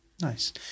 Nice